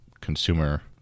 consumer